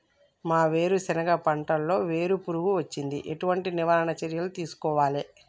మా వేరుశెనగ పంటలలో వేరు పురుగు వచ్చింది? ఎటువంటి నివారణ చర్యలు తీసుకోవాలే?